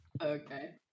Okay